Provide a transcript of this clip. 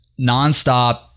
nonstop